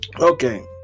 Okay